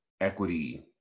equity